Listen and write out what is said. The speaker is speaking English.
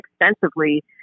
extensively